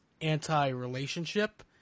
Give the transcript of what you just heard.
anti-relationship